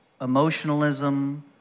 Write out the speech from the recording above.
emotionalism